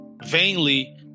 Vainly